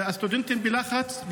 והסטודנטים בלחץ,